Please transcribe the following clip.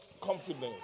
confidence